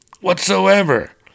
Whatsoever